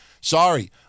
Sorry